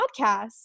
podcast